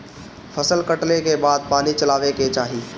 फसल कटले के बाद पानी चलावे के चाही